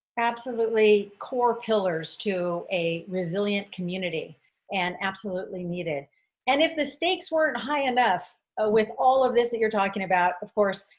absolutely core pillars to a resilient community and absolutely needed and if the stakes weren't high enough ah with all of this that you're talking about of course,